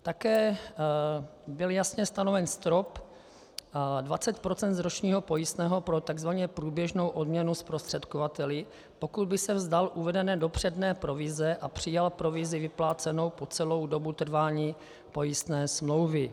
Také byl jasně stanoven strop 20 % z ročního pojistného pro tzv. průběžnou odměnu zprostředkovateli, pokud by se vzdal uvedené dopředné provize a přijal provizi vyplácenou po celou dobu trvání pojistné smlouvy.